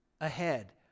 ahead